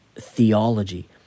theology